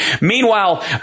Meanwhile